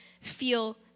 feel